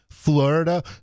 Florida